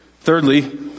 Thirdly